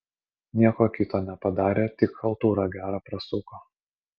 nieko kito nepadarė tik chaltūrą gerą prasuko